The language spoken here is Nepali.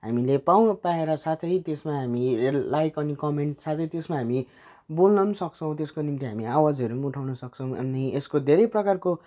हामीले पाउन पाएर साथै त्यसमा हामी लाइक अनि कमेन्ट साथै त्यसमा हामी बोल्न पनि सक्छौँ त्यसको निम्ति हामी आवाजहरू पनि उठाउन सक्छौँ अनि यसको धेरै प्रकारको